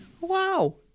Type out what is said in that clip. Wow